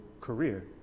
career